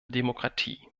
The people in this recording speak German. demokratie